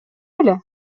беле